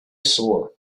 sore